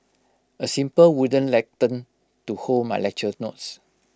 A simple wooden lectern to hold my lecture notes